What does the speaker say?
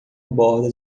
borda